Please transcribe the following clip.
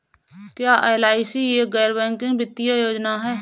क्या एल.आई.सी एक गैर बैंकिंग वित्तीय योजना है?